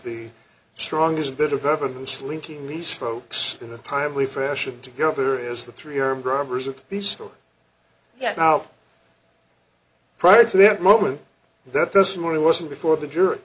the strongest bit of evidence linking these folks in the timely fashion together as the three armed robbers of the store yet now prior to that moment that this morning wasn't before the jury